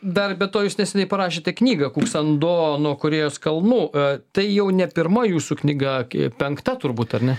dar be to jūs neseniai parašėte knygą koks vanduo nuo korėjos kalnų o tai jau ne pirma jūsų knyga apie penkta turbūt ar ne